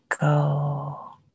go